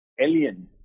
alien